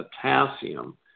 potassium